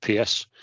PS